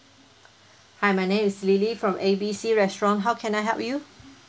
hi my name is lily from A B C restaurant how can I help you